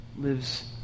lives